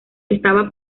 estaba